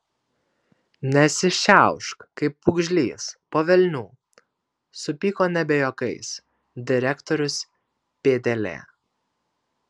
nesišiaušk kaip pūgžlys po velnių supyko nebe juokais direktorius pėdelė